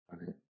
Okay